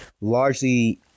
largely